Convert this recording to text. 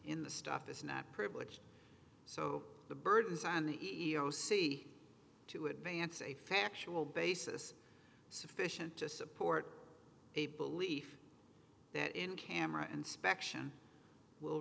in the stuff is not privilege so the burden is on the e e o c to advance a factual basis sufficient to support a belief that in camera and spec sion will